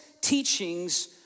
teachings